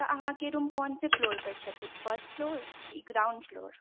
तऽ अहाँकेँ रूम कौनसे फ्लोर पर छथिन फर्स्ट फ्लोर कि ग्राउण्ड फ्लोर